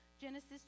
Genesis